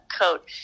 coat